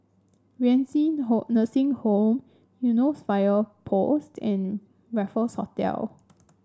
Renci Nursing Home Eunos Fire Post and Raffles Hotel